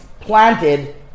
planted